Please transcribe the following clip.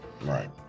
right